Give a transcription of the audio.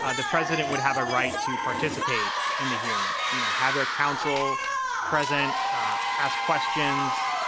ah the president would have a right to participate in the hearings. you know how their counsel present ah ask questions,